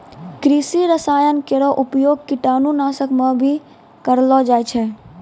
कृषि रसायन केरो प्रयोग कीटाणु नाशक म भी करलो जाय छै